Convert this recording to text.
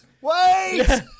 wait